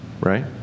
right